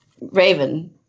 Raven